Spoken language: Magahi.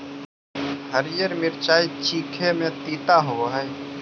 हरीअर मिचाई चीखे में तीता होब हई